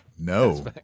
No